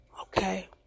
Okay